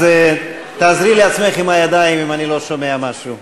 אז תעזרי לעצמך עם הידיים אם אני לא שומע משהו.